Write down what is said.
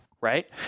right